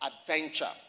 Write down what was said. adventure